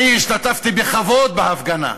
אני השתתפתי בכבוד בהפגנה.